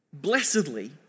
blessedly